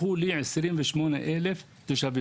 תושבים.